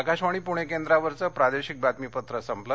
आकाशवाणी पुणे केंद्रावरचं प्रादेशिक बातमीपत्र संपलं